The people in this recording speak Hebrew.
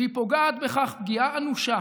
והיא פוגעת בכך פגיעה אנושה